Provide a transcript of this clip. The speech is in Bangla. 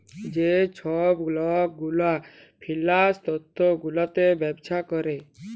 যে ছব লক গুলা ফিল্যাল্স তথ্য গুলাতে ব্যবছা ক্যরে